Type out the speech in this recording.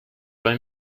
buy